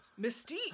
mystique